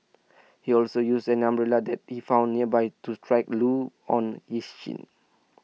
he also used an umbrella that he found nearby to strike Loo on his shin